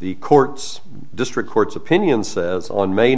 the court's district court's opinion says on may